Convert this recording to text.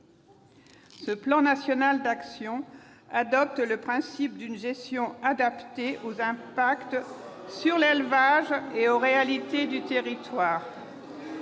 Ce plan national d'actions adopte le principe d'une gestion adaptée aux impacts sur l'élevage et aux réalités du territoire.